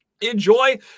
enjoy